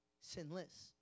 sinless